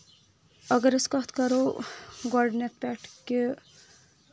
اَگر أسۍ کَھ کَرو گۄڈٕنیٚتھ پٮ۪ٹھ کہِ